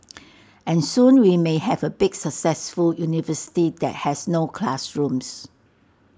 and soon we may have A big successful university that has no classrooms